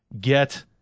get